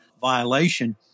violation